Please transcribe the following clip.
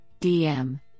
DM